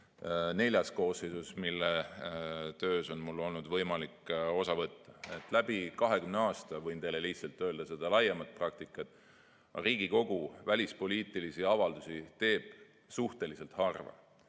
neljas koosseisus, mille töös on mul olnud võimalik osa võtta. Läbi 20 aasta, võin teile lihtsalt öelda seda laiemat praktikat, Riigikogu teeb välispoliitilisi avaldusi suhteliselt harva